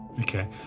Okay